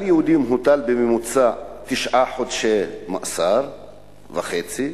על יהודים הוטלו בממוצע תשעה חודשי מאסר וחצי,